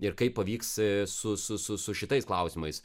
ir kaip pavyks su su su su šitais klausimais